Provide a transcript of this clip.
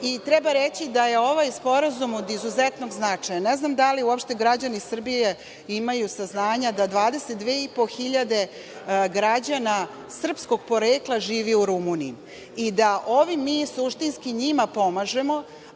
Treba reći da je ovaj sporazum od izuzetnog značaja. Ne znam da li uopšte građani Srbije imaju saznanja da 22,5 hiljade građana srpskog porekla živi u Rumuniji i da ovim mi njima suštinski pomažemo,